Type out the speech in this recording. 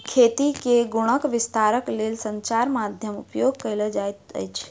खेती के गुणक विस्तारक लेल संचार माध्यमक उपयोग कयल जाइत अछि